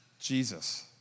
Jesus